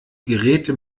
geräte